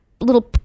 little